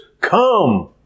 come